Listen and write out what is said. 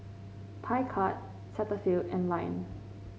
Picard Cetaphil and Lion